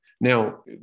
Now